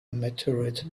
meteorite